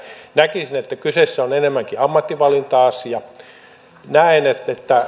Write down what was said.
näkisin että kyseessä on enemmänkin ammatinvalinta asia näen että